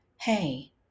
Hey